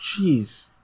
Jeez